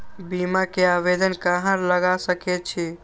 बीमा के आवेदन कहाँ लगा सके छी?